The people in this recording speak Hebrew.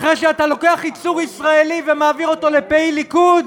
אחרי שאתה לוקח ייצור ישראלי ומעביר אותו לפעיל ליכוד?